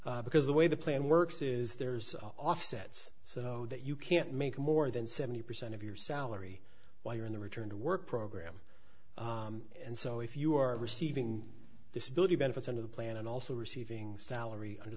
because the way the plan works is there's offsets so that you can't make more than seventy percent of your salary while you're in the return to work program and so if you are receiving disability benefits under the plan and also receiving salary under